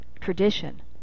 tradition